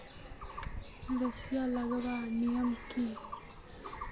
सरिसा लगवार नियम की?